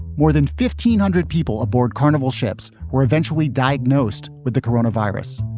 more than fifteen hundred people aboard carnival ships were eventually diagnosed with the corona virus.